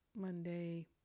Monday